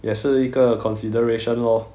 也是一个 consideration lor